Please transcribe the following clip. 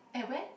at where